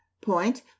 Point